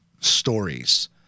stories